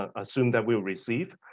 assumed that we'll receive.